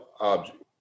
object